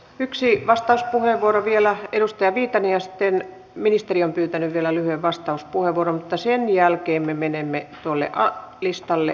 yksi vastauspuheenvuoro vielä edustaja viitanen ja sitten ministeri on pyytänyt vielä lyhyen vastauspuheenvuoron mutta sen jälkeen me menemme tuolle listalle puhujalistalle